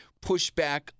pushback